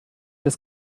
das